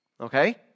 okay